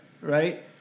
right